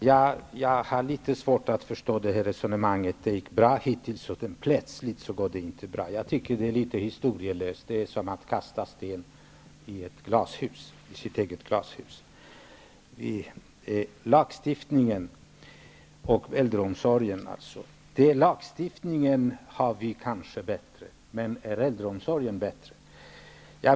Fru talman! Hittills har det gått bra att förstå resonemanget. Men plötsligt går det inte längre så bra. Jag tycker att det hela är ganska så historielöst. Det är som att kasta sten i glashus. Så till frågan om lagstiftningen och äldreomsorgen. Lagstiftningen är kanske bättre här i Sverige. Men är äldreomsorgen bättre?